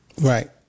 Right